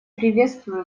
приветствую